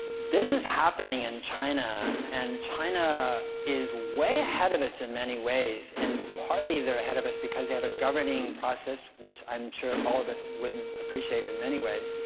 this is happening in china, and china is way ahead of us in many ways and partly they're ahead of us because they have a governing process which i'm sure all of us wouldn't appreciate in many ways,